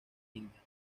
indias